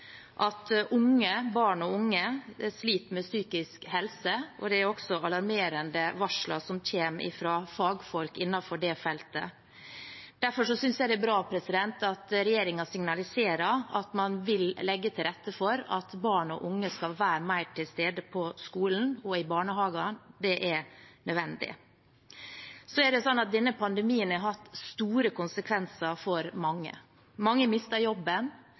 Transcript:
og unge sliter med psykisk helse. Det er også alarmerende varsler som kommer fra fagfolk innenfor det feltet. Derfor synes jeg det er bra at regjeringen signaliserer at man vil legge til rette for at barn og unge skal være mer til stede på skolen og i barnehager, det er nødvendig. Denne pandemien har hatt store konsekvenser for mange. Mange mister jobben,